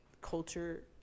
culture